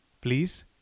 please